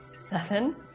Seven